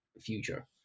future